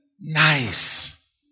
nice